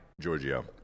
Giorgio